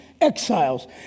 exiles